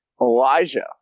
Elijah